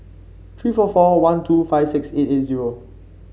three four four one two five six eight eight zero